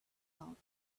out